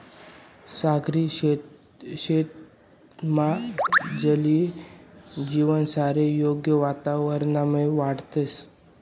सागरी शेतीमा जलीय जीवसले योग्य वातावरणमा वाढावतंस